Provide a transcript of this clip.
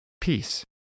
Peace